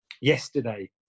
yesterday